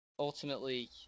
Ultimately